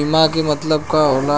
बीमा के मतलब का होला?